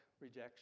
rejection